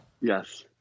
Yes